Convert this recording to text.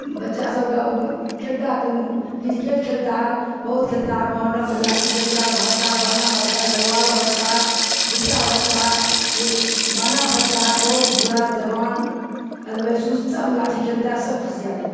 بچہ سب کا کھیلتا ہے تنو کرکٹ کھیلتا ہے بہت کھیلتا ہے محرم میں لاٹھی کھیلتا ہے بھاجتا ہے بانا بھاجتا ہے تلوار بھاجتا ہے فرسہ بھاجتا ہے بانا بھاجتا ہے بہت بوڑھا جوان سب لاٹھی کھیلتا ہے سب خوشحالی میں